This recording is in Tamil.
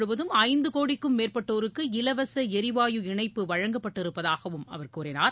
முழுவதும் ஐந்து கோடிக்கும் மேற்பட்டோருக்கு இலவச எரிவாயு இணப்பு நாடு வழக்கப்பட்டிருப்பதாகவும் அவர் கூறினார்